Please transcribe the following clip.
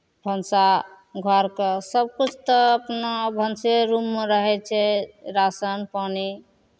भनसा घरके सभकिछु तऽ अपना भनसे रूममे रहै छै राशन पानि